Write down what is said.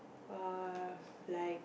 err like